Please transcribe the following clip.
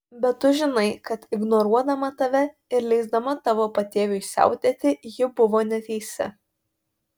bet tu žinai kad ignoruodama tave ir leisdama tavo patėviui siautėti ji buvo neteisi